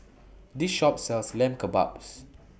This Shop sells Lamb Kebabs